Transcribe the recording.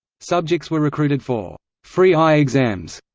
subjects were recruited for free eye exams,